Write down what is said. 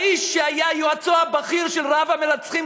האיש שהיה יועצו הבכיר של רב-המרצחים